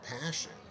passion